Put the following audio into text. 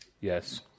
Yes